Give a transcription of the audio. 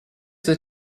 the